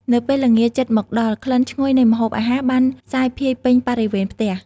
នៅពេលល្ងាចជិតមកដល់ ក្លិនឈ្ងុយនៃម្ហូបអាហារបានសាយភាយពេញបរិវេណផ្ទះ។